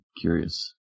curious